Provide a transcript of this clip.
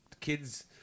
kids